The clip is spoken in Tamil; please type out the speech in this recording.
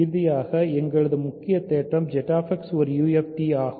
இறுதியாக எங்கள் முக்கிய தேற்றம் ZX ஒரு UFD ஆகும்